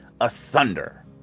asunder